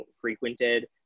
frequented